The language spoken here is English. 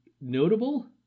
notable